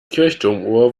kirchturmuhr